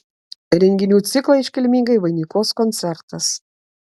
renginių ciklą iškilmingai vainikuos koncertas